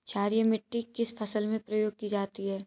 क्षारीय मिट्टी किस फसल में प्रयोग की जाती है?